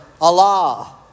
Allah